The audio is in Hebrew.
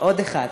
עוד אחד.